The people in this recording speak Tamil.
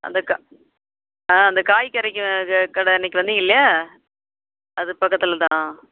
அந்த ஆ அந்த காய்கறிக்கு கடை அன்னைக்கு வந்திங்கல்லையா அது பக்கத்தில் தான்